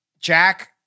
Jack